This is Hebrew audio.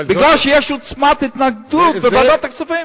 אבל בגלל עוצמת ההתנגדות שיש בוועדת הכספים,